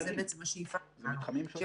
משתלבת עם השאיפה שלנו,